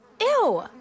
Ew